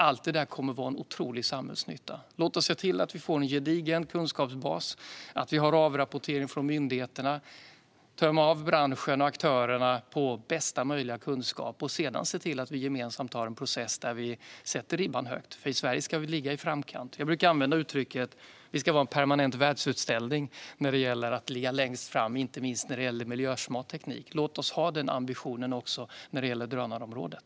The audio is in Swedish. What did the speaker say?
Allt detta kommer att ha en otrolig samhällsnytta. Låt oss se till att vi får en gedigen kunskapsbas, att vi har avrapportering från myndigheterna, att vi tömmer branschen och aktörerna på bästa möjliga kunskap och att vi sedan ser till att vi har en gemensam process där vi sätter ribban högt. I Sverige ska vi ligga i framkant. Jag brukar uttrycka det så här: Vi ska vara en permanent världsutställning när det gäller att ligga längst fram, inte minst när det gäller miljösmart teknik. Låt oss ha denna ambition också när det gäller drönarområdet.